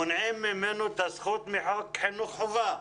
מונעים ממנו את הזכות לחוק חינוך חובה.